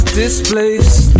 displaced